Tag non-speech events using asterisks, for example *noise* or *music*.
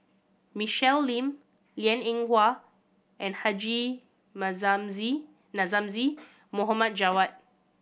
Michelle Lim Liang Eng Hwa and Haji *unintelligible* Namazie Mohd Javad